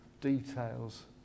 details